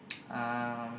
um